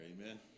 amen